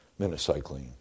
minocycline